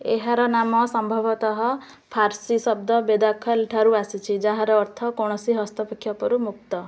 ଏହାର ନାମ ସମ୍ଭବତଃ ଫାର୍ସୀ ଶବ୍ଦ ବେଦାଖାଲ୍ ଠାରୁ ଆସିଛି ଯାହାର ଅର୍ଥ କୌଣସି ହସ୍ତକ୍ଷେପରୁ ମୁକ୍ତ